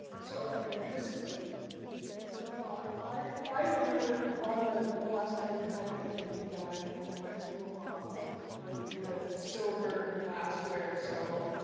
so just just a thought. i remember on the alaska marine highways when we dined on white tablecloths with silver and glassware. so,